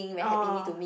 oh